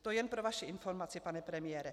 To jen pro vaši informaci, pane premiére.